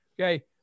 Okay